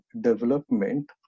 development